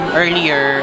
earlier